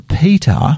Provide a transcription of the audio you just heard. Peter